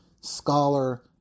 scholar